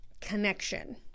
connection